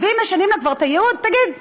ואם משנים לה כבר את הייעוד, תגיד,